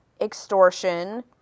extortion